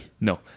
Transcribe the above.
No